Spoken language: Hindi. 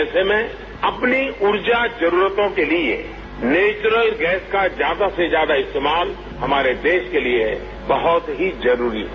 ऐसे में अपनी ऊर्जा जरूरतों के लिए नैचुरल गैस का ज्यादा से ज्यादा इस्तेमाल हमारे देश के लिए बहुत ही जरूरी है